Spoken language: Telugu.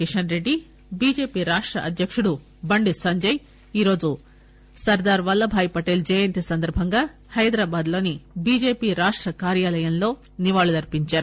కిషన్రెడ్డి బిజెపి రాష్టఅధ్యకుడు బండి సంజయ్ ఈ రోజు సర్దార్ వల్లభాయ్ పటేల్ జయంతి సందర్బంగా హైదరాబాద్ లోని బిజెపి రాష్టకార్యాలయంలో నివాళులర్పించారు